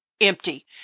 empty